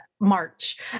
March